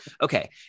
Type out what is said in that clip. okay